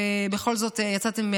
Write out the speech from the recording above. ובכל זאת יצאתם,